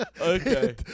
Okay